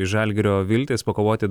iš žalgirio viltis pakovoti